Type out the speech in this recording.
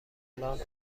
الان